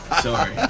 Sorry